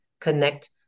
connect